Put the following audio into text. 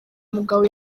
mugabo